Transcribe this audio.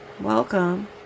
Welcome